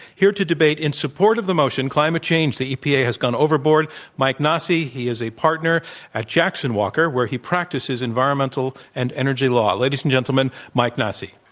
here to debate in support of the motion climate change the epa has gone overboard mike nasi. he is a partner at jackson walker, where he practices environmental and energy law. ladies and gentlemen, mike nasi.